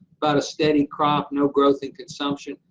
about a steady crop, no growth in consumption.